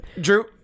Drew